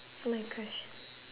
my question